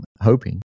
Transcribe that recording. hoping